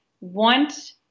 want